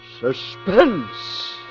Suspense